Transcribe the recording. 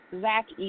Zach